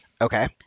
okay